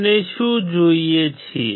આપણે શું જોઈએ છીએ